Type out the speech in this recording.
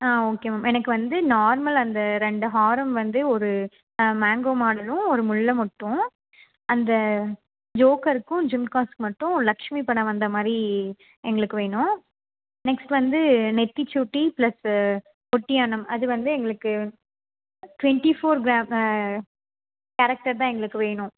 ஆ okay ma'am எனக்கு வந்து normal அந்த ரெண்டு ஹாரம் வந்து ஒரு மேங்கோ மாடலும் ஒரு முல்லை மொட்டும் அந்த ஜோக்கருக்கும் ஜுமக்காஸ்க்கு மட்டும் லக்ஷ்மி படம் வந்த மாதிரி எங்களுக்கு வேணும் நெக்ஸ்ட் வந்து நெற்றி சூட்டி ப்ளஸ் ஒட்டியாணம் அது வந்து எங்களுக்கு ட்வெண்ட்டி ஃபோர் க்ரா கேரக்ட்டர் தான் எங்களுக்கு வேணும்